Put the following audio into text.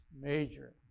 Major